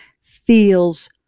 feels